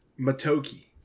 Matoki